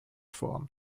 form